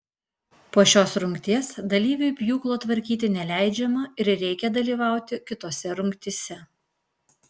po šios rungties dalyviui pjūklo tvarkyti neleidžiama ir reikia dalyvauti kitose rungtyse